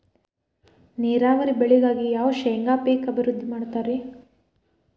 ನೇರಾವರಿ ಬೆಳೆಗಾಗಿ ಯಾವ ಶೇಂಗಾ ಪೇಕ್ ಅಭಿವೃದ್ಧಿ ಮಾಡತಾರ ರಿ?